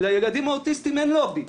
לילדים האוטיסטים אין לובי,